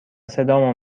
صدامو